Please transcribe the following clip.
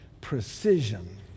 precision